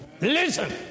listen